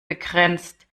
begrenzt